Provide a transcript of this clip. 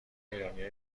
ایرانیا